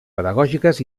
pedagògiques